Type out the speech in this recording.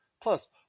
plus